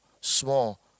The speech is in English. small